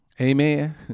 amen